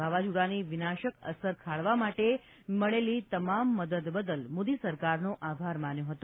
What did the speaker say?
વાવાઝોડાની વિનાશક અસર ખાળવા માટે મળેલી તમામ મદદ બદલ મોદી સરકારનો આભાર માન્યો હતો